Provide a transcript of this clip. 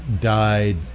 died